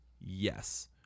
Yes